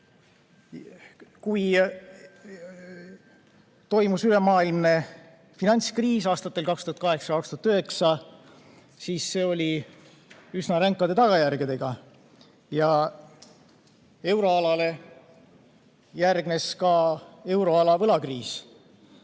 Kui toimus ülemaailmne finantskriis aastatel 2008 ja 2009, siis see oli üsna ränkade tagajärgedega ja euroalal järgnes ka euroala võlakriis.